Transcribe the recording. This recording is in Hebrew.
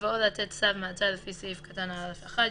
בבואו לתת צו מעצר לפי סעיף קטן (א)(1),